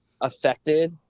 affected